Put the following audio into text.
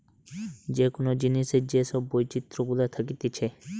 যে কোন জিনিসের যে সব বৈচিত্র গুলা থাকতিছে